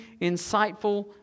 insightful